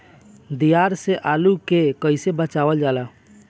दियार से आलू के कइसे बचावल जाला?